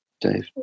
Dave